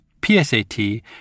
PSAT